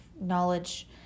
knowledge